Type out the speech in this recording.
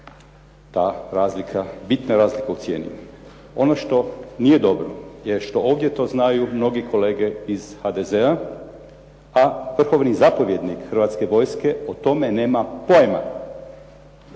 Ta razlika, bitna razlika u cijeni. Ono što nije dobro je što ovdje to znaju mnogi kolege iz HDZ-a, a vrhovni zapovjednik Hrvatske vojske o tome nema pojma,